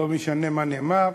לא משנה מה נאמר.